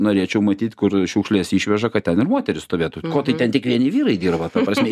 norėčiau matyt kur šiukšles išveža kad ten ir moterys stovėtų ko tai ten tik vieni vyrai dirba ta prasme